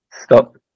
Stop